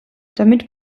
damit